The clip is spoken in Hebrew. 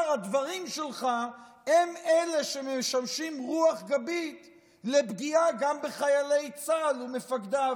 הדברים שלך הם שמשמשים רוח גבית לפגיעה גם בחיילי צה"ל ומפקדיו?